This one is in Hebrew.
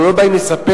אנחנו לא באים לספח,